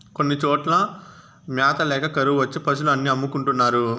కొన్ని చోట్ల మ్యాత ల్యాక కరువు వచ్చి పశులు అన్ని అమ్ముకుంటున్నారు